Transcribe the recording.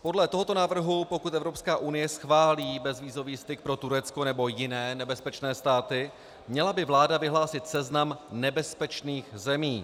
Podle tohoto návrhu, pokud Evropská unie schválí bezvízový styk pro Turecko nebo jiné nebezpečné státy, měla by vláda vyhlásit seznam nebezpečných zemí.